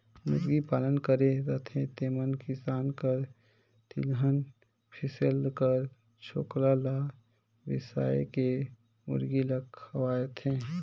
मुरगी पालन करे रहथें तेमन किसान कर तिलहन फसिल कर छोकला ल बेसाए के मुरगी ल खवाथें